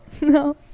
no